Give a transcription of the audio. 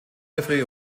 jeffrey